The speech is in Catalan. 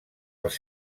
els